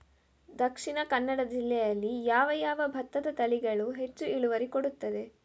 ದ.ಕ ಜಿಲ್ಲೆಯಲ್ಲಿ ಯಾವ ಯಾವ ಭತ್ತದ ತಳಿಗಳು ಹೆಚ್ಚು ಇಳುವರಿ ಕೊಡುತ್ತದೆ?